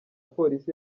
polisi